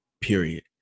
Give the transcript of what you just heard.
period